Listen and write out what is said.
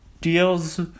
deals